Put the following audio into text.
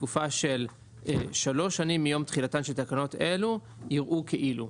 בתקופה של שלוש שנים מיום תחילתן של תקנות אלו ייראו כאילו ..."